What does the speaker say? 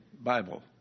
Bible